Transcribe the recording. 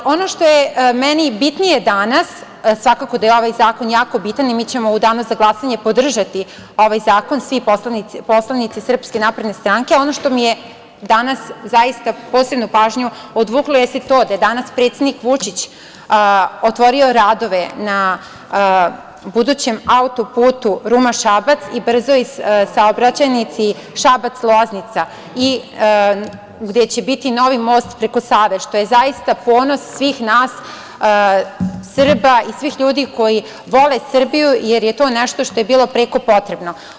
Svakako da je ovaj zakon jako bitan i mi ćemo u danu za glasanje podržati ovaj zakon, svi poslanici SNS, ali, ono što mi je danas zaista posebno odvuklo pažnju jeste to da je danas predsednik Vučić otvorio radove na budućem auto-putu Ruma-Šabac, i brzoj saobraćajnici Šabac-Loznica gde će biti novi most preko Save, što je zaista ponos svih nas Srba i svih ljudi koji vole Srbiju, jer je to nešto što je bilo preko potrebno.